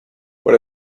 what